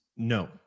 No